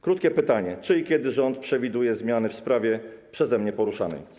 Krótkie pytanie: Czy i kiedy rząd przewiduje zmiany w sprawie przeze mnie poruszanej?